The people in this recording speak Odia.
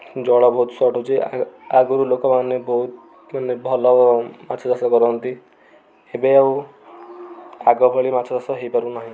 ଜଳ ବହୁତ ସଟ୍ ହୋଉଚି ଆ ଆଗରୁ ଲୋକମାନେ ବହୁତ ମାନେ ଭଲ ମାଛଚାଷ କରନ୍ତି ଏବେ ଆଉ ଆଗ ଭଳି ମାଛ ଚାଷ ହୋଇପାରୁନାହୁଁ